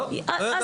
לא, לא ידעתי.